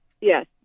yes